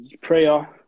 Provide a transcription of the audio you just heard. prayer